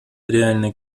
реальной